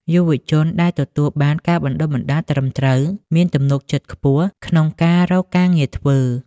យុវជនដែលទទួលបានការបណ្ដុះបណ្ដាលត្រឹមត្រូវ មានទំនុកចិត្តខ្ពស់ក្នុងការរកការងារធ្វើ។